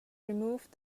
removed